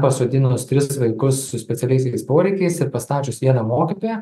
pasodinus tris vaikus su specialiaisiais poreikiais ir pastačius vieną mokytoją